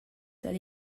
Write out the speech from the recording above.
that